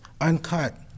uncut